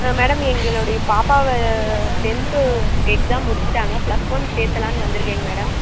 ஆ madam எங்களுடைய பாப்பாவை tenth exam முடிச்சுட்டாங்க பிளஸ் ஒன் சேர்த்தலான்னு வந்திருக்கேங்க மேடம்